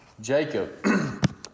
Jacob